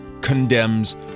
condemns